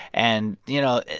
and, you know,